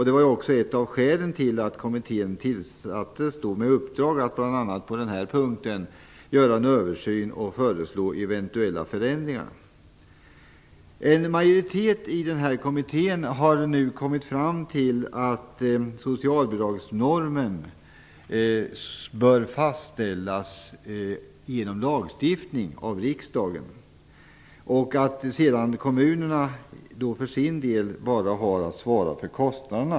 Det var också ett av skälen till att kommittén tillsattes med uppdrag att bl.a. på denna punkt göra en översyn och föreslå eventuella förändringar. En majoritet i den här kommittén har nu kommit fram till att socialbidragsnormen bör fastställas genom lagstiftning av riksdagen och att sedan kommunerna för sin del bara har att svara för kostnaderna.